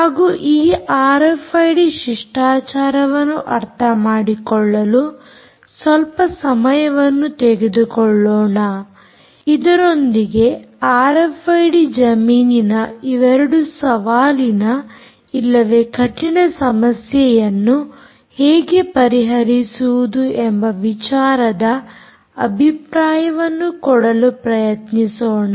ಹಾಗೂ ಈ ಆರ್ಎಫ್ಐಡಿ ಶಿಷ್ಟಾಚಾರವನ್ನು ಅರ್ಥಮಾಡಿಕೊಳ್ಳಲು ಸ್ವಲ್ಪ ಸಮಯವನ್ನು ತೆಗೆದುಕೊಳ್ಳೋಣ ಇದರೊಂದಿಗೆ ಆರ್ಎಫ್ಐಡಿ ಜಮೀನಿನ ಇವೆರಡು ಸವಾಲಿನ ಇಲ್ಲವೇ ಕಠಿಣ ಸಮಸ್ಯೆಯನ್ನು ಹೇಗೆ ಪರಿಹರಿಸುವುದು ಎಂಬ ವಿಚಾರದ ಅಭಿಪ್ರಾಯವನ್ನು ಕೊಡಲು ಪ್ರಯತ್ನಿಸೋಣ